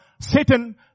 Satan